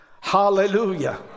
Hallelujah